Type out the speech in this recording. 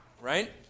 right